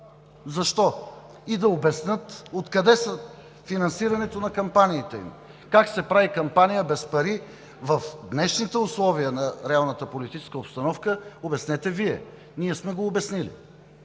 Защо? И да обяснят откъде е финансирането на кампаниите им. Как се прави кампания без пари в днешните условия на реалната политическа обстановка? Обяснете Вие. Ние сме го обяснили